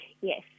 Yes